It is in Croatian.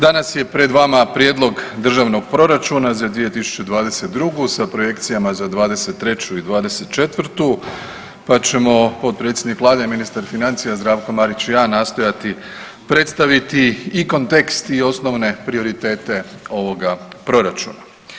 Danas je pred vama Prijedlog državnog proračuna za 2022. sa projekcijama za '23. i '24. pa ćemo potpredsjednik Vlade i ministar financija Zdravko Marić i ja nastojati predstaviti i kontekst i osnovne prioritete ovoga proračuna.